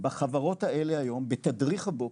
בחברות האלה היום בתדריך הבוקר,